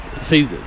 see